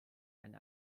and